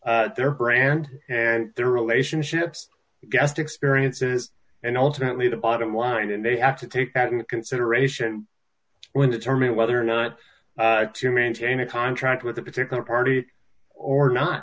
brand and their relationships guest experiences and ultimately the bottom line and they have to take that into consideration when determine whether or not to maintain a contract with a particular party or not